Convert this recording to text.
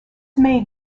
made